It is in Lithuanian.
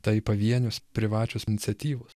tai pavienės privačios iniciatyvos